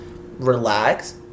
relax